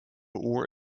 orr